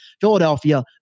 Philadelphia